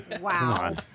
wow